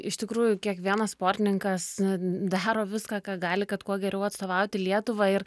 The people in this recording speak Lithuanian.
iš tikrųjų kiekvienas sportininkas daro viską ką gali kad kuo geriau atstovauti lietuvą ir